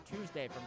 Tuesday